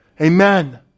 Amen